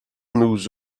nous